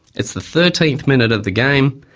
it's the thirteenth minute of the game,